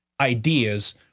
ideas